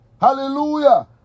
hallelujah